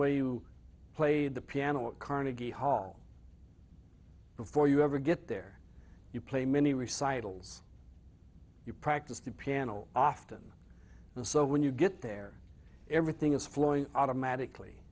way you played the piano at carnegie hall before you ever get there you play many recycles you practice the piano often and so when you get there everything is flowing automatically